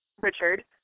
Richard